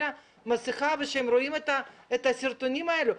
מסכה והם לא צריכים לראות את הסרטונים האלה.